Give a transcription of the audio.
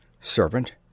Servant